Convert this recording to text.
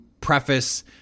preface